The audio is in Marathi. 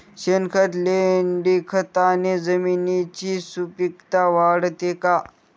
शेणखत, लेंडीखताने जमिनीची सुपिकता वाढते का?